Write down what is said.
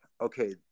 okay